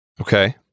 Okay